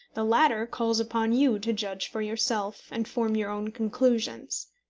the latter calls upon you to judge for yourself, and form your own conclusions.